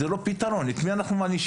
זה לא פתרון, את מי אנחנו מענישים?